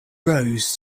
rose